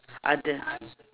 are the